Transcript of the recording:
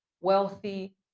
wealthy